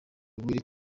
willy